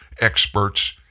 experts